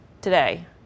today